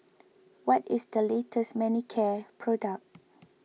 what is the latest Manicare product